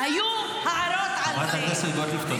והיו הערות על זה -- את גם ידעת?